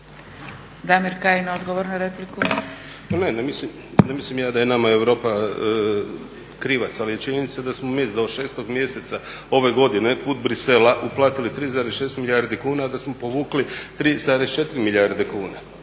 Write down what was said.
Damir (ID - DI)** Ma ne, ne mislim da je nama Europa krivac, ali je činjenica da smo mi do 6. mjeseca ove godine put Bruxellesa uplatili 3,6 milijardi kuna a da smo povukli 3,4 milijarde kuna.